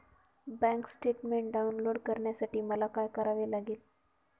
Bank statement download करण्यासाठी मला काय करावे लागेल?